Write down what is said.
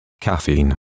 caffeine